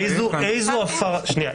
שנייה.